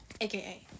aka